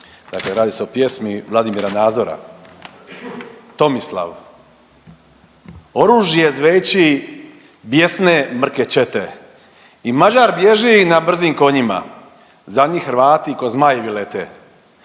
Dakle, radi se o pjesmi Vladimira Nazora. Tomislav. Oružje zveči bjesne mrke čete i Mađar bježi na brzim konjima za njim Hrvati ko zmajevi lete.